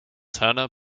turner